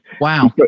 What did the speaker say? Wow